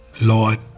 Lord